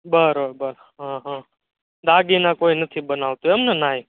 બરાબર હં હં દાગીના કોઈ નથી બનાવતું એમ ને ત્યાંય